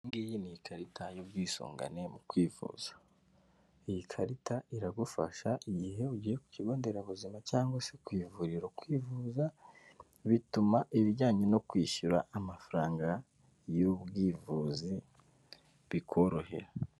Iyi ngiyi ni ikarita y'ubwisungane mu kwivuza. Iyi karita iragufasha igihe ugiye ku kigo nderabuzima, cyangwa se ku ivuriro kwivuza, bituma ibijyanye no kwishyura amafaranga y'ubwivuze bikorohera.